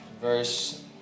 verse